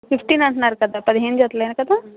fifteen అంటున్నారు కదా పదిహేను జతలే కదా